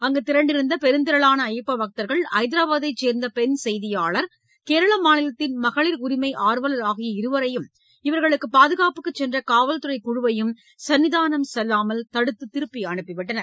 அங்கு திரண்டிருந்த பெருந்திரளான ஐயப்ப பக்தர்கள் ஹைதராபாத்தைச் சேர்ந்த பெண் செய்தியாளர் கேரள மாநிலத்தின் மகளிர் உரிமை ஆர்வலர் ஆகிய இருவரையும் இவர்களுக்கு பாதுகாப்புக்குச் சென்ற காவல்துறை குழுவையும் சன்னிதானம் செல்லாமல் தடுத்து திருப்பி அனுப்பிவிட்டனர்